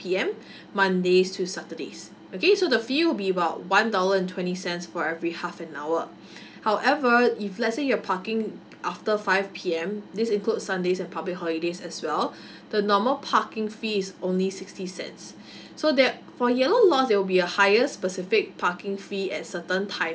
P_M mondays to saturdays okay so the fee will be about one dollar and twenty cents for every half an hour however if let's say you're parking after five P_M this include sundays and public holidays as well the normal parking fee is only sixty cents so that for yellow lots there will be a higher specific parking fee at certain timings